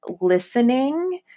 listening